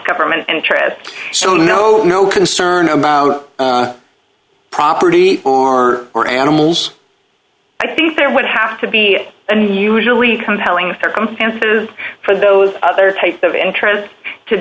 government interest so no no concern about property or for animals i think there would have to be unusually compelling circumstances for those other types of interest to